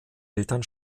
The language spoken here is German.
eltern